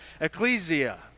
ecclesia